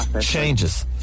Changes